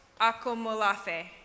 Akomolafe